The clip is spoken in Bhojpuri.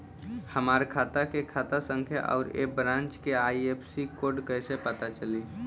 हमार खाता के खाता संख्या आउर ए ब्रांच के आई.एफ.एस.सी कोड कैसे पता चली?